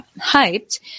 hyped